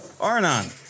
Arnon